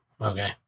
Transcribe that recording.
okay